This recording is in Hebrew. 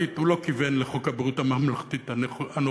הוא לא כיוון לחוק ביטוח בריאות ממלכתי הנוכחי,